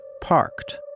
parked